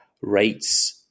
rates